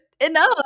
enough